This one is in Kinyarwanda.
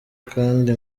kandi